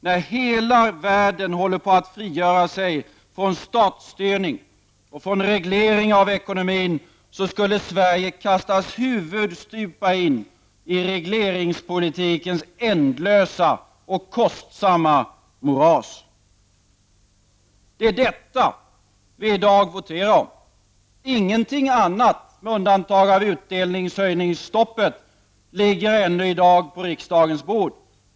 När hela världen håller på att frigöra sig från statsstyrning och från reglering av ekonomin skulle Sverige kastas huvudstupa in i regleringspolitikens ändlösa och kostsamma moras! Det är detta vi i dag voterar om. Ingenting, med undantag av det s.k. utdelningshöjningsstoppet, ligger ännu i dag på riksdagens bord.